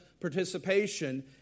participation